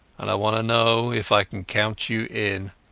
and i want to know if i can count you in